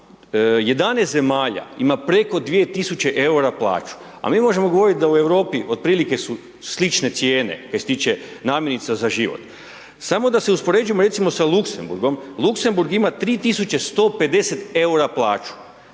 11 zemalja ima preko 2.000 EUR-a plaću, a mi možemo govorit da u Europi od prilike su slične cijene kaj se tiče namirnica za život. Samo da se uspoređujemo recimo sa Luksemburgom, Luksemburg ima 3.150 EUR-a plaću,